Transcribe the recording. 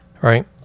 right